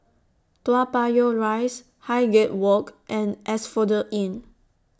Toa Payoh Rise Highgate Walk and Asphodel Inn